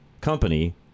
company